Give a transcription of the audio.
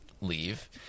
leave